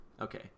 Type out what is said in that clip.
Okay